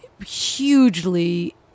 hugely